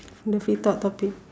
the free talk topic